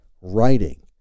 writing